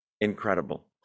Incredible